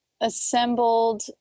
assembled